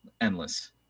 endless